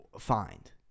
find